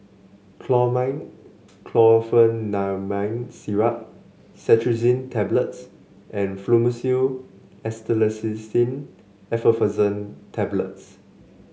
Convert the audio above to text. Chlormine Chlorpheniramine Syrup Cetirizine Tablets and Fluimucil Acetylcysteine Effervescent Tablets